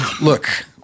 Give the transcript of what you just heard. look